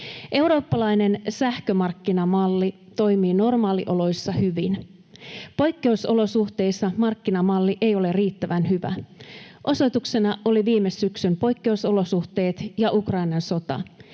Eurooppalainen sähkömarkkinamalli toimii normaalioloissa hyvin. Poikkeusolosuhteissa markkinamalli ei ole riittävän hyvä, osoituksena viime syksyn poikkeusolosuhteet ja Ukrainan sota.